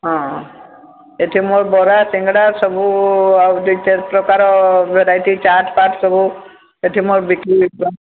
ହଁ ଏଠି ମୁଁ ବରା ସିଙ୍ଗଡ଼ା ସବୁ ଆଉ ଦୁଇ ଚାରି ପ୍ରକାର ଭେରାଇଟି ଚାଟ୍ ଫାଟ୍ ସବୁ ଏଠି ମୋର ବିକ୍ରୀ